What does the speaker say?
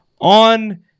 on